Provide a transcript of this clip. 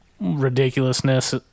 ridiculousness